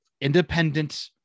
independent